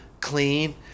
clean